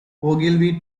ogilvy